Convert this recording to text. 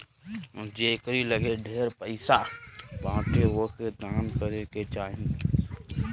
जेकरी लगे ढेर पईसा बाटे ओके दान करे के चाही